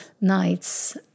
nights